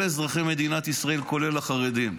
כל אזרחי מדינת ישראל, כולל החרדים.